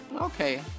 Okay